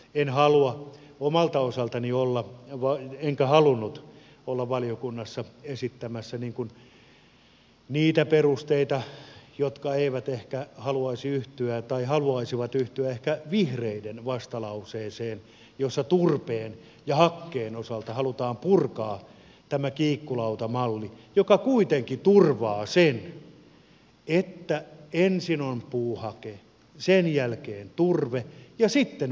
en halua omalta osaltani olla enkä halunnut olla valiokunnassa esittämässä niitä perusteita jotka haluaisivat ehkä yhtyä vihreiden vastalauseeseen jossa turpeen ja hakkeen osalta halutaan purkaa tämä kiikkulautamalli joka kuitenkin turvaa sen että ensin on puuhake sen jälkeen turve ja sitten vasta kivihiili